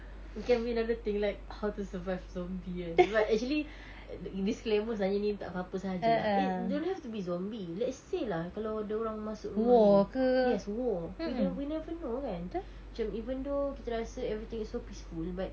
it can be another thing like how to survive zombie kan but actually err disclaimer sebenarnya ni tak apa-apa saja jer lah it don't have to be zombie let's say lah kalau ada orang masuk rumah you yes war we don't we never know kan macam even though kita rasa everything is so peaceful but